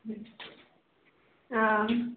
हाँ